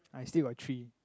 I still got three